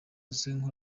zizwi